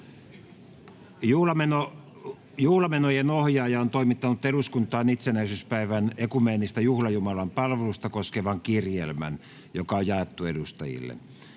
Juhlamenojenohjaaja on toimittanut eduskuntaan itsenäisyyspäivän ekumeenista juhlajumalanpalvelusta koskevan kirjelmän, joka on jaettu edustajille.